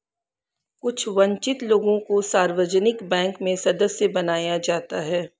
कुछ वन्चित लोगों को सार्वजनिक बैंक में सदस्य बनाया जाता है